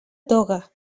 toga